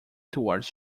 towards